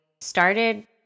started